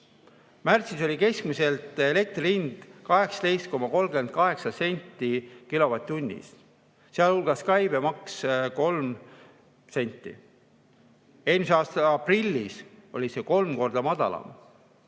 Märtsis oli keskmiselt elektri hind 18,38 senti kilovatt-tunnist, sealhulgas käibemaks 3 senti. Eelmise aasta aprillis oli see kolm korda madalam.